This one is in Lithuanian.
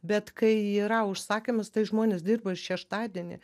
bet kai yra užsakymas tai žmonės dirba ir šeštadienį